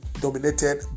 dominated